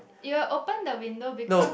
you open the window because